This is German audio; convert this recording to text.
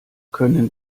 können